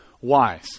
wise